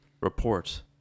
report